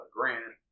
Grant